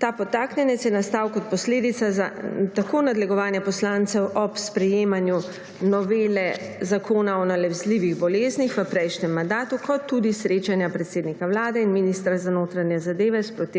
Ta podtaknjenec je nastal kot posledica tako nadlegovanja poslancev ob sprejemanju novele Zakona o nalezljivih boleznih v prejšnjem mandatu kot tudi srečanja predsednika Vlade in ministra za notranje zadeve s protestniki